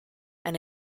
and